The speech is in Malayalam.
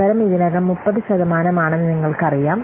അവസരം ഇതിനകം 30 ശതമാനമാണെന്ന് നിങ്ങൾക്കറിയാം